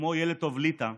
כמו ילד טוב ליטא,